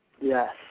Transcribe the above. Yes